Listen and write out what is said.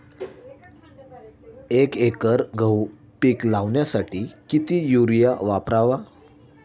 एक एकर गहू पीक लावण्यासाठी किती युरिया वापरावा?